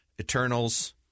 Eternals